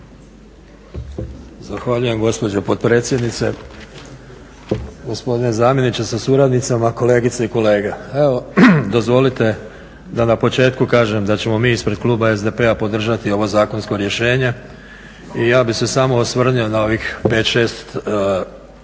Zahvaljujem gospođo potpredsjednice, gospodine zamjeniče sa suradnicama, kolegice i kolege. Evo dozvolite da na početku kažem da ćemo mi ispred kluba SDP-a podržati ovo zakonsko rješenje. I ja bih se samo osvrnuo na ovih 5, 6 članaka